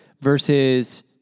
versus